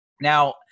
Now